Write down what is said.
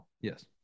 Yes